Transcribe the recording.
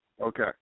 Okay